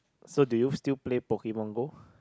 so do you still play Pokemon-Go